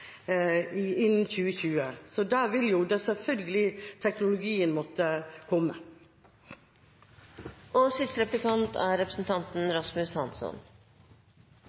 innen 2020 – så der vil jo da selvfølgelig teknologien måtte komme.